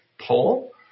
poll